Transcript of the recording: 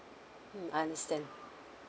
mm I understand